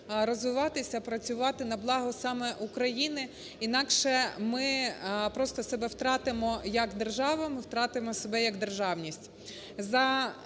розвиватися, працювати на благо саме України, інакше ми просто себе втратимо, як держава, ми втратимо себе, як державність.